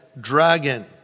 dragon